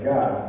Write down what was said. God